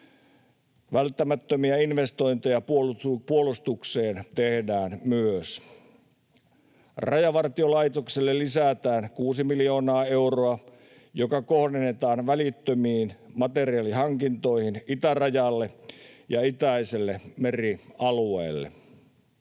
Välttämättömiä investointeja puolustukseen tehdään myös. Rajavartiolaitokselle lisätään kuusi miljoonaa euroa, joka kohdennetaan välittömiin materiaalihankintoihin itärajalle ja itäiselle merialueelle.